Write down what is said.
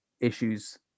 issues